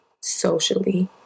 socially